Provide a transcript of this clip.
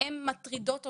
הן מטרידות אותי.